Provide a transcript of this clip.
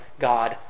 God